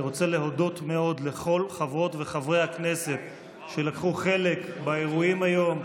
אני רוצה להודות מאוד לכל חברות וחברי הכנסת שלקחו חלק באירועים היום,